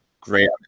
great